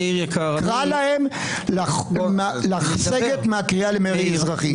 קרא להם לסגת מהקריאה למרי אזרחי.